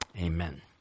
Amen